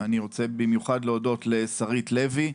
אני רוצה במיוחד להודות לשרית לוי,